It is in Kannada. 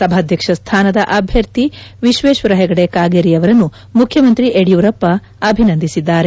ಸಭಾಧ್ಯಕ್ಷ ಸ್ಥಾನದ ಅಭ್ಯರ್ಥಿ ವಿಶ್ವೇಶ್ವರ ಹೆಗಡೆ ಕಾಗೇರಿಯವರನ್ನು ಮುಖ್ಯಮಂತ್ರಿ ಯಡಿಯೂರಪ್ಪ ಅಭಿನಂದಿಸಿದ್ದಾರೆ